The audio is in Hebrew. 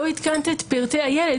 לא עדכנת את פרטי הילד,